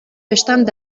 bestand